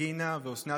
רגינה ואסנת,